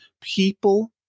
People